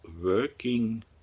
working